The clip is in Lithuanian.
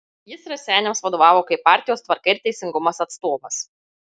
jis raseiniams vadovavo kaip partijos tvarka ir teisingumas atstovas